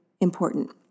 important